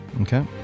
Okay